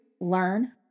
learn